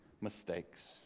mistakes